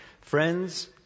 Friends